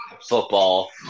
football